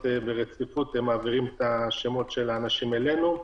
ברציפות הם מעבירים את שמותיהם אלינו.